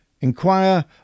Inquire